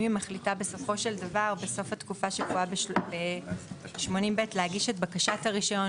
אם היא מחליטה בסוף התקופה שקבועה ב-80(ב) להגיש את בקשת הרישיון,